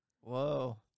Whoa